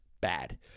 bad